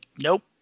nope